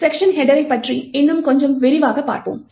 section ஹெட்டரை பற்றி இன்னும் கொஞ்சம் விரிவாகப் பார்ப்போம்